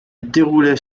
déroulait